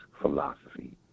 philosophy